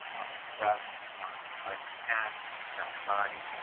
across my breasts, down inside my pants, down my body.